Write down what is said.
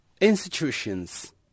institutions